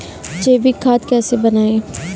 जैविक खाद कैसे बनाएँ?